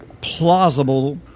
plausible